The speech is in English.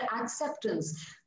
acceptance